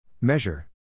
Measure